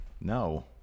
No